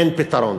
אין פתרון.